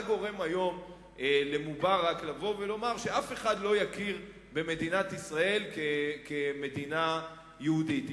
מה גורם היום למובארק לומר שאף אחד לא יכיר במדינת ישראל כמדינה יהודית.